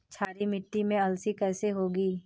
क्षारीय मिट्टी में अलसी कैसे होगी?